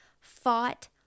fought